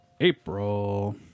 April